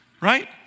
right